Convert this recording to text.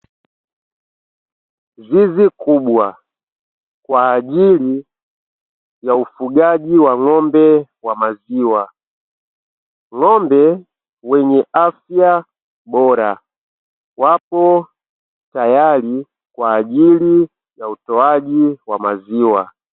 Zizi kubwa kwa ajili ya ufugaji wa ng'ombe wa maziwa. Ng'ombe wenye afya bora wapo tayari kwa ajili ya utoaji wa maziwa.